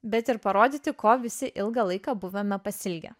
bet ir parodyti ko visi ilgą laiką buvome pasiilgę